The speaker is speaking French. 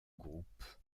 groupe